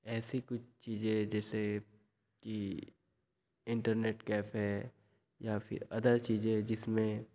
ऐसी कुछ चीजें जैसे कि इंटरनेट कैफे या फिर अदर चीजें जिसमें